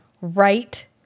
right